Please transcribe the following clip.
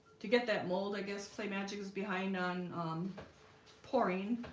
to get that mold i guess clay magic is behind on um pouring